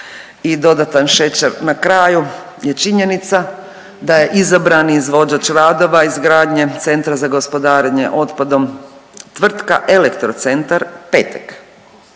dodatan šećer na kraju je činjenica da je izabrani izvođač radova izgradnje CGO-a tvrtka Elektrocentar Petek,